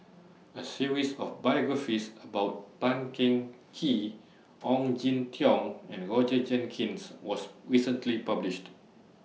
A series of biographies about Tan Teng Kee Ong Jin Teong and Roger Jenkins was recently published